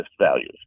values